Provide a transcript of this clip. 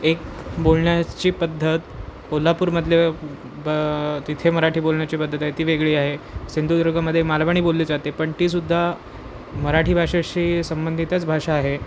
एक बोलण्याची पद्धत कोल्हापूरमधले ब तिथे मराठी बोलण्याची पद्धत आहे ती वेगळी आहे सिंधुदुर्गामध्ये मालवणी बोलली जाते पण ती सुद्धा मराठी भाषेशी संबंधितच भाषा आहे